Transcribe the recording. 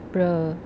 bro